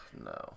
no